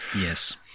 Yes